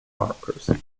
markers